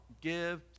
give